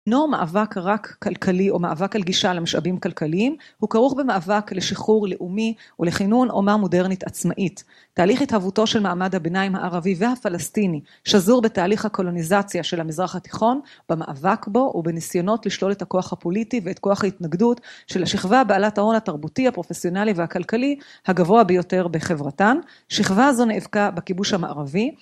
לא מאבק רק כלכלי או מאבק על גישה למשאבים כלכליים, הוא כרוך במאבק לשחרור לאומי ולחינון אומה מודרנית עצמאית. תהליך התהוותו של מעמד הביניים הערבי והפלסטיני שזור בתהליך הקולוניזציה של המזרח התיכון במאבק בו ובניסיונות לשלול את הכוח הפוליטי ואת כוח ההתנגדות של השכבה בעלת ההון התרבותי הפרופסיונלי והכלכלי הגבוה ביותר בחברתן. שכבה הזו נאבקה בכיבוש המערבי.